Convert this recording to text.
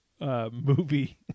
movie